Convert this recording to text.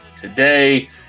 Today